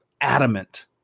adamant